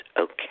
okay